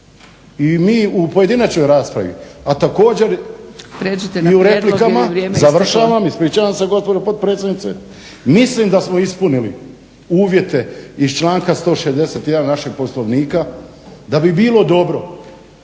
na prijedlog jer je vrijeme isteklo./… Završavam, ispričavam se gospođo potpredsjednice. Mislim da smo ispunili uvjete iz članka 161. našeg Poslovnika da bi bilo dobro